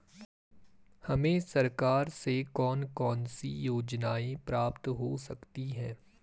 हमें सरकार से कौन कौनसी योजनाएँ प्राप्त हो सकती हैं?